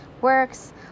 works